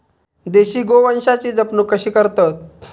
देशी गोवंशाची जपणूक कशी करतत?